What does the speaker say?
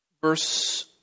verse